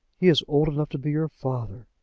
he is old enough to be your father.